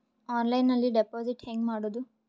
ಆನ್ಲೈನ್ನಲ್ಲಿ ಡೆಪಾಜಿಟ್ ಹೆಂಗ್ ಮಾಡುದು?